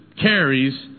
carries